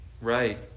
Right